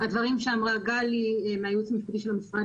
הדברים שאמרה גלי מהייעוץ המשפטי של המשרד